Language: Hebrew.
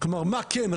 כלומר מה כן,